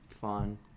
Fun